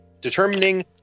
determining